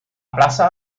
plaça